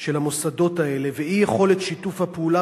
של המוסדות האלה ואי-יכולת שיתוף הפעולה